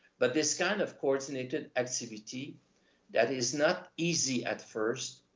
but this kind of coordinated activity that is not easy at first,